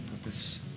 purpose